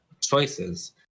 choices